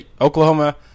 Oklahoma